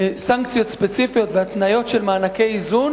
סנקציות ספציפיות והתניות של מענקי איזון